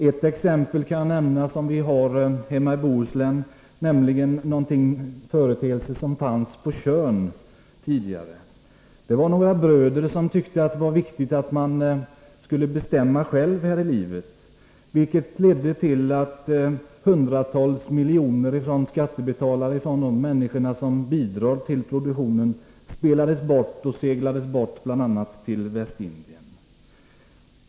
Ett exempel kan jag nämna som vi känner väl till hemma i Bohuslän, nämligen en företeelse som fanns på Tjörn tidigare. Där fanns några bröder som tyckte att det var viktigt att man skall bestämma själv här i livet, vilket ledde till att 100-tals miljoner från skattebetalarna, från de människor som bidrar till produktionen, spelades bort och seglades bort, bl.a. till Västindien.